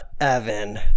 Evan